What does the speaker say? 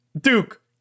Duke